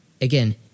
again